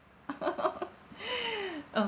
ah